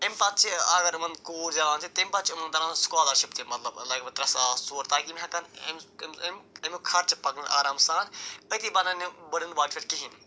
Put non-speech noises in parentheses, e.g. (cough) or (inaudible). اَمہِ پتہٕ چھِ اگر یِمَن کوٗر زٮ۪وان چھِ تَمہِ پتہٕ چھِ یِمَن تَران سکالَرشِپ تہِ مطلب لَگ بَگ ترٛےٚ ساس ژور تاکہِ یِم ہٮ۪کَن اَمیُک خرچہٕ پَکنٲیِتھ آرام سان أتی بَنن یِم بٔڈٕن (unintelligible) کِہیٖنۍ